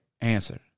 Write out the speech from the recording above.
answer